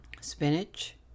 spinach